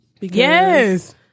Yes